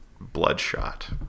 Bloodshot